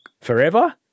forever